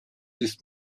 ist